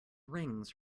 rings